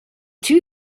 two